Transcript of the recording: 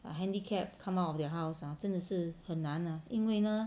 err handicap come out of their house ah 真的是很难 ah 因为呢